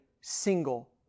single